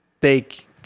take